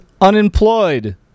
unemployed